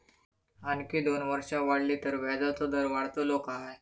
आणखी दोन वर्षा वाढली तर व्याजाचो दर वाढतलो काय?